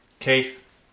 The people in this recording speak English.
Keith